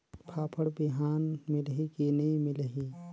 फाफण बिहान मिलही की नी मिलही?